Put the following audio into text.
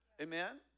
Amen